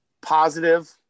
positive